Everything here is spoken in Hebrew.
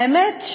האמת,